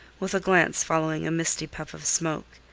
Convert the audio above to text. with a glance following a misty puff of smoke.